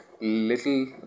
little